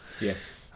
Yes